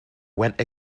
went